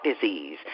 disease